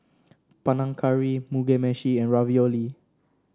Panang Curry Mugi Meshi and Ravioli